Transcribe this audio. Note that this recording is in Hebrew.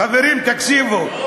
חברים, תקשיבו.